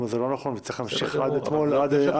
הזה לא נכון ושצריך להמשיך עד מתי שיסתיים,